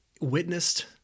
witnessed